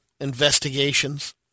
investigations